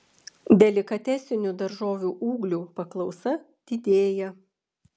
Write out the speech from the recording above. delikatesinių daržovių ūglių paklausa didėja